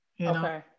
Okay